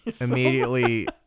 immediately